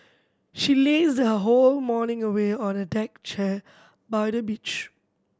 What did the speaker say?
she lazed her whole morning away on a deck chair by the beach